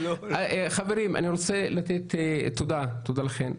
תודה לכן.